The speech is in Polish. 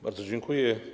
Bardzo dziękuję.